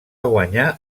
guanyar